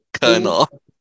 Colonel